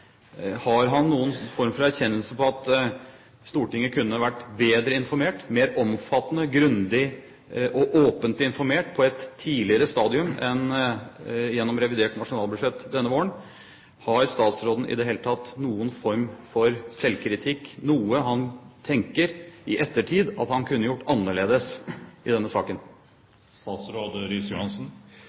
har han noen form for erkjennelse av at Stortinget kunne vært bedre informert, mer omfattende, grundig og åpent informert, på et tidligere stadium enn gjennom revidert nasjonalbudsjett denne våren? Tar statsråden i det hele tatt noen form for selvkritikk? Er det noe han i ettertid tenker at han kunne gjort annerledes i denne saken?